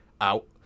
Out